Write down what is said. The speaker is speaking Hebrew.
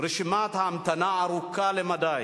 רשימת ההמתנה ארוכה למדי.